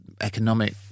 economic